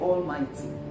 Almighty